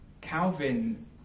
Calvin